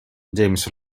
james